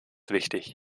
wichtig